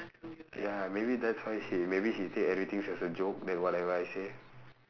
ya maybe that's why she maybe she take everything as a joke that whatever I say